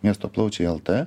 miesto plaučiai lt